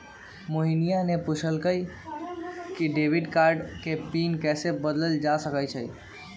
मोहिनीया ने पूछल कई कि डेबिट कार्ड के पिन कैसे बदल्ल जा सका हई?